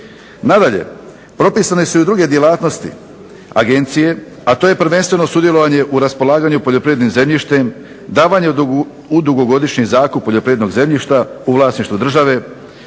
Nadalje, propisane su i druge djelatnosti agencije, a to je prvenstveno sudjelovanje u raspolaganju poljoprivrednim zemljištem, davanjem u dugogodišnji zakup poljoprivrednog zemljišta u vlasništvu države,